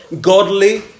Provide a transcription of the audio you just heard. Godly